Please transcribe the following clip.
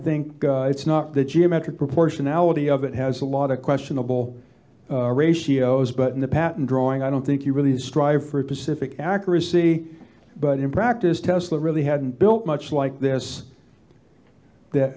think it's not the geometric proportionality of it has a lot of questionable ratios but in the patent drawing i don't think you really strive for pacific accuracy but in practice tesla really hadn't built much like this that